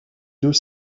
deux